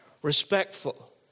Respectful